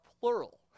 plural